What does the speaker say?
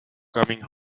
coming